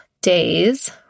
days